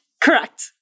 correct